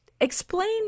explain